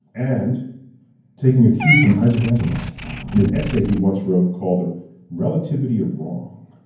and taking a cue from isaac asimov, in an essay he once wrote called the relativity of wrong,